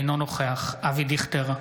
אינו נוכח אבי דיכטר,